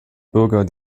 bürger